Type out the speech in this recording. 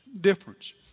difference